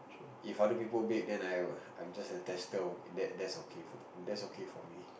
if other people bake then I will I'm just a tester that that's okay for that's okay for me